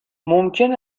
ممکن